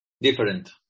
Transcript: Different